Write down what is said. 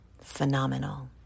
phenomenal